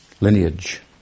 lineage